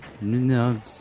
no